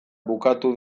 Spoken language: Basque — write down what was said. bukatu